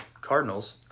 Cardinals